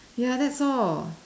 ya that's all